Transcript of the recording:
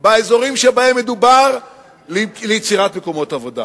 באזורים שמדובר בהם, ליצירת מקומות עבודה.